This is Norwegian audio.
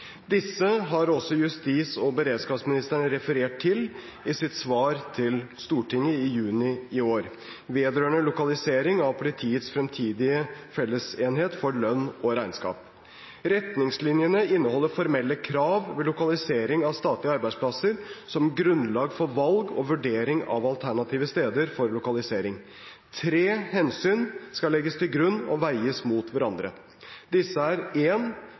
Disse har også justis- og beredskapsministeren referert til i sitt svar til Stortinget i juni i år, vedrørende lokalisering av politiets fremtidige fellesenhet for lønn og regnskap. Retningslinjene inneholder formelle krav ved lokalisering av statlige arbeidsplasser som grunnlag for valg og vurdering av alternative steder for lokalisering. Tre hensyn skal legges til grunn og veies mot hverandre. Disse er